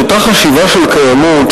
אותה חשיבה של קיימוּת,